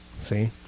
See